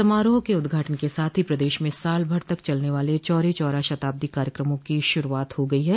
समारोह के उदघाटन साथ ही प्रदेश में साल भर तक चलने वाले चौरी चौरा शताब्दी कार्यक्रमों की शुरुआत हो गई है